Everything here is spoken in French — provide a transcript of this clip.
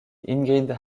ingrid